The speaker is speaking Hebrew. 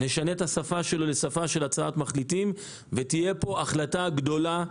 נשנה את השפה שלו לשפה של הצעת מחליטים ותהיה פה החלטה גדולה,